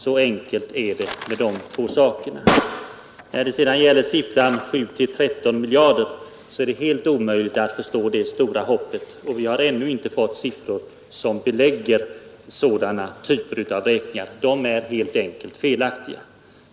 Så enkelt är det med de två sakerna, som det inte borde vara svårt att hålla isär. När det gäller siffrorna 7 och drygt 13 miljarder som herr Jansson nämnde vill jag säga att det är helt omöjligt att förstå det stora hoppet dem emellan. Vi har ännu inte fått höra några siffror som belägger den typen av uträkningar. De är helt enkelt felaktiga.